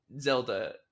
zelda